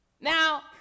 Now